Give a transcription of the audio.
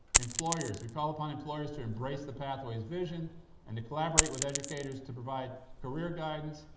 employers, we call upon employers to embrace the pathways vision and to collaborate with educators to provide career guidance,